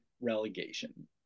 relegation